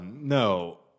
no